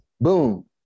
Boom